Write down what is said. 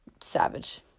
savage